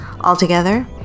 Altogether